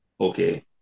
okay